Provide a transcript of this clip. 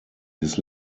his